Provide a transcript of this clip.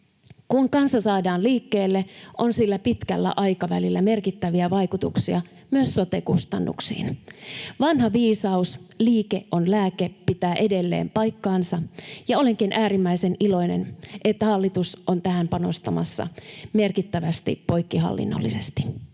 Kun kansa saadaan liikkeelle, on sillä pitkällä aikavälillä merkittäviä vaikutuksia myös sote-kustannuksiin. Vanha viisaus ”liike on lääke” pitää edelleen paikkansa, ja olenkin äärimmäisen iloinen, että hallitus on tähän panostamassa merkittävästi poikkihallinnollisesti.